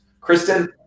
Kristen